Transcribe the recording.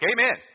Amen